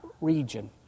region